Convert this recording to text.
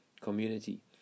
community